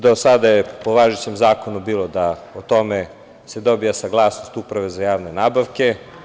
Do sada je po važećem zakonu bilo da o tome se dobija saglasnost Uprave za javne nabavke.